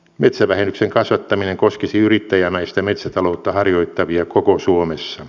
metsävähennyksen kasvattaminen koskisi yrittäjämäistä metsätaloutta harjoittavia koko suomessa